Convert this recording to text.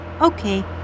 Okay